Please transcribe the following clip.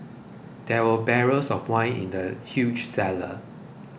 there were barrels of wine in the huge cellar